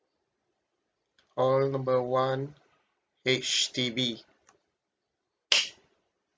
call number one H_D_B